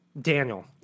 Daniel